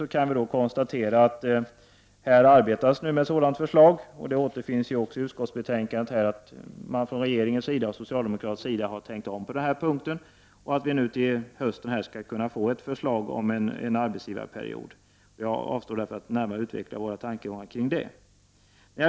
Vi kan konstatera att det arbetas med ett sådant förslag. Det står att läsa i utskottsbetänkandet att man från regeringens och socialdemokraternas sida har tänkt om på den här punkten och att vi till hösten skall kunna få ett förslag om en arbetsgivarperiod. Jag avstår därför från att närmare utveckla våra tankegångar kring detta.